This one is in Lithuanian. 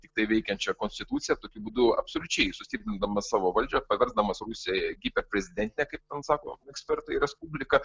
tiktai veikiančią konstituciją tokiu būdu absoliučiai sustiprindamas savo valdžią paversdamas rusiją į kitą prezidentinę kaip ten sako ekspertai respubliką